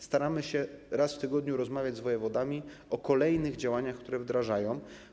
Staramy się raz w tygodniu rozmawiać z wojewodami o kolejnych działaniach, które wdrażają.